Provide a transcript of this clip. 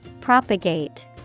Propagate